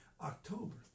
October